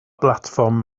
blatfform